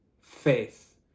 faith